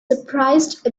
surprised